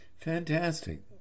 Fantastic